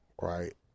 right